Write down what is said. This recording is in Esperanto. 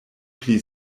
pli